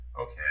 Okay